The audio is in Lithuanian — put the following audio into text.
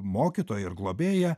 mokytoją ir globėją